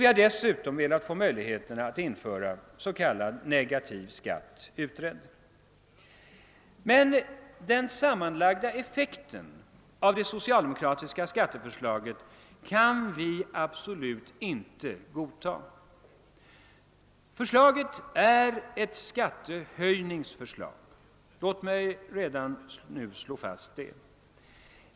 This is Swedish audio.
Vi har dessutom velat få möjligheterna att införa s.k. negativ skatt utredd. Den sammanlagda effekten av det socialdemokratiska skatteförslaget kan vi emellertid absolut inte godta. Låt mig redan nu slå fast, att det är fråga om ett skattehöjningsförslag.